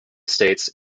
states